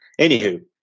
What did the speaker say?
anywho